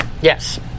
Yes